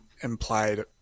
implied